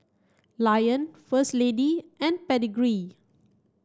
Lion First Lady and Pedigree